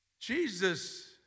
Jesus